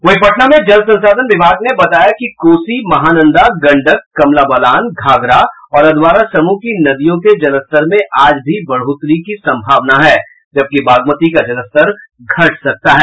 वहीं पटना में जल संसाधन विभाग ने बताया कि कोसी महानंदा गंडक कमला बलान घाघरा और अधवारा समूह की नदियों के जलस्तर में आज भी बढ़ोतरी की संभावना है जबकि बागमती का जलस्तर घट सकता है